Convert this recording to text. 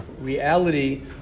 reality